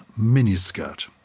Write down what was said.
miniskirt